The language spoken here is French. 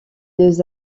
deux